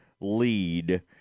lead